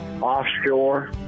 offshore